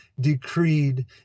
decreed